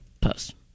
post